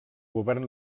govern